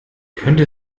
könnte